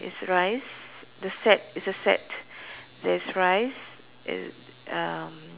it's rice the set is a set there is rice there is um